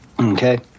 Okay